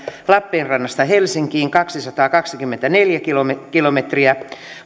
lappeenrannasta helsinkiin kaksisataakaksikymmentäneljä kilometriä kilometriä